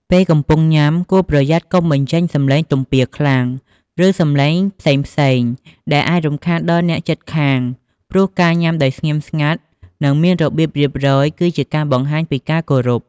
ពេលកំពុងញ៉ាំ គួរប្រយ័ត្នកុំបញ្ចេញសំឡេងទំពារខ្លាំង ឬសំឡេងផ្សេងៗដែលអាចរំខានអ្នកជិតខាងព្រោះ ការញ៉ាំដោយស្ងៀមស្ងាត់ និងមានរបៀបរៀបរយ គឺជាការបង្ហាញពីការគោរព។